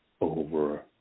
Over